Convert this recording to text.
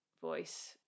voice